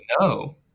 no